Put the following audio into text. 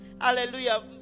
Hallelujah